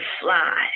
fly